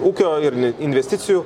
ūkio ir investicijų